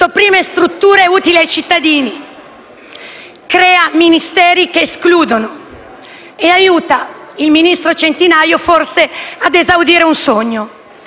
sopprime strutture utili ai cittadini, crea Ministeri che escludono e aiuta forse il ministro Centinaio ad esaudire un sogno.